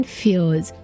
fears